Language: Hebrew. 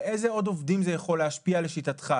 על איזה עוד עובדים זה יכול להשפיע לשיטתך?